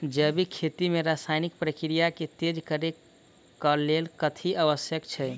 जैविक खेती मे रासायनिक प्रक्रिया केँ तेज करै केँ कऽ लेल कथी आवश्यक छै?